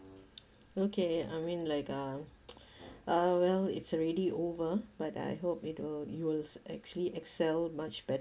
okay I mean like um uh well it's already over but I hope it will you will actually excel much better